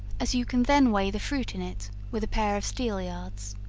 as you can then weigh the fruit in it, with a pair of steelyards.